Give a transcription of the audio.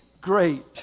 great